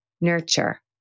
nurture